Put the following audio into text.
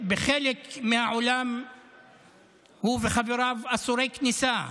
שבחלק מהעולם הוא וחבריו אסורי כניסה,